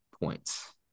points